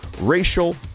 racial